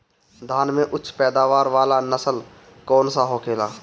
धान में उच्च पैदावार वाला नस्ल कौन सा होखेला?